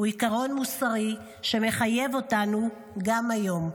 הוא עיקרון מוסרי שמחייב אותנו גם היום.